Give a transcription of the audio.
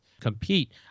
compete